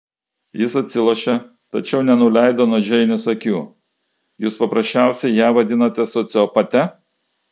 jis atsilošė tačiau nenuleido nuo džeinės akių jūs paprasčiausiai ją vadinate sociopate